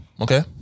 Okay